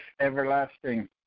everlasting